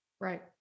Right